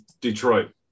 Detroit